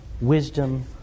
wisdom